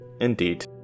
Indeed